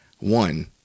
One